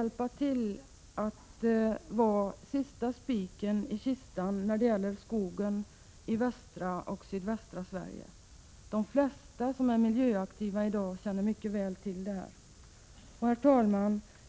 den att vara sista spiken i kistan när det gäller skogen i västra och sydvästra Sverige. De flesta som i dag är miljöaktiva känner mycket väl till detta. Herr talman!